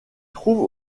trouve